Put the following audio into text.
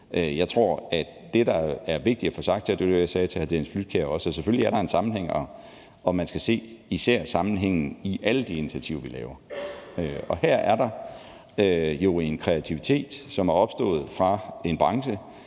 Jeg tror, at det, der er vigtigt at få sagt her, og det var også det, jeg sagde til hr. Dennis Flydtkjær, er, at selvfølgelig er der en sammenhæng, og man skal se sammenhængen i alle de initiativer, vi tager. Her er der jo en kreativitet, som er opstået i en branche,